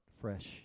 fresh